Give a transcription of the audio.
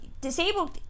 disabled